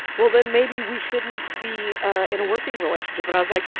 well then maybe we shouldn't be in a working relationship. and i was like,